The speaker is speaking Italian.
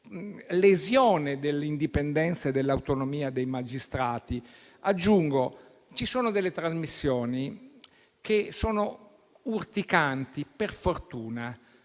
lesione dell'indipendenza e dell'autonomia dei magistrati. Aggiungo che ci sono delle trasmissioni che sono urticanti, per fortuna.